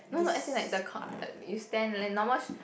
no no as in like the you stand normal